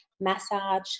massage